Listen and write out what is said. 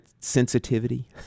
sensitivity